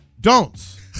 Don'ts